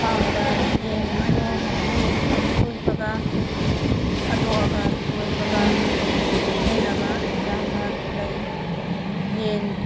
ꯐꯥꯔꯝꯗ ꯌꯦꯟ ꯉꯥꯅꯨ ꯂꯣꯏꯕꯒ ꯊꯥꯗꯣꯛꯑꯒ ꯂꯣꯏꯕꯒ ꯈꯦꯠꯅꯕ ꯌꯥꯝꯅ ꯂꯩ ꯌꯦꯟ